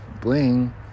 bling